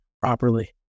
properly